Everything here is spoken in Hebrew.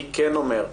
אני כן אומר,